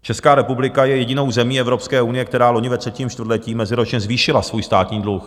Česká republika je jedinou zemí Evropské unie, která loni ve třetím čtvrtletí meziročně zvýšila svůj státní dluh.